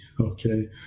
okay